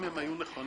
אם הם היו נכונים,